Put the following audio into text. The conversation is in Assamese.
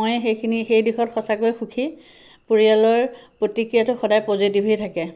মই সেইখিনি সেই দিশত সঁচাকৈ সুখী পৰিয়ালৰ প্ৰতিক্ৰিয়াতো সদায় পজিটিভেই থাকে